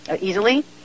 easily